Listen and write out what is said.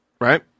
right